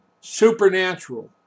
Supernatural